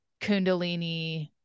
kundalini